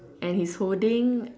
and he's holding